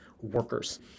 workers